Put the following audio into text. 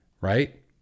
Right